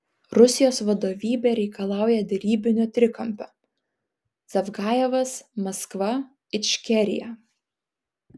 rusijos vadovybė reikalauja derybinio trikampio zavgajevas maskva ičkerija